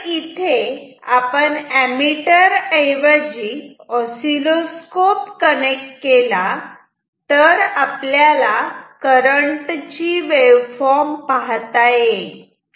जर इथे आपण ऍमिटर ऐवजी असिलोस्कोप कनेक्ट केला तर आपल्याला करंट ची वेव्हफॉर्म पाहता येईल